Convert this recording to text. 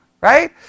Right